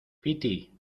piti